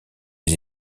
les